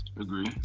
Agree